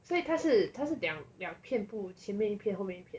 所以它是它是两两片布前面一片后面一片